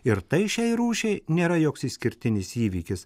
ir tai šiai rūšiai nėra joks išskirtinis įvykis